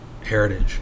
heritage